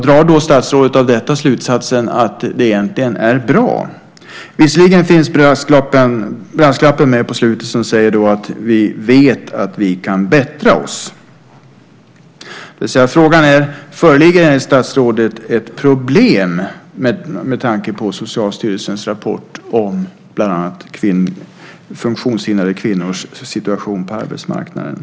Drar statsrådet av detta slutsatsen att det egentligen är bra som det är? Det finns i slutet av svaret en brasklapp som säger att "jag vet att vi kan bättra oss". Föreligger det enligt statsrådet ett problem med tanke på Socialstyrelsens rapport om bland annat funktionshindrade kvinnors situation på arbetsmarknaden?